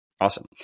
Awesome